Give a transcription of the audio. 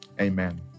Amen